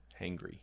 Hangry